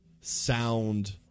sound